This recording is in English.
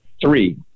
three